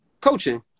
coaching